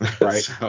Right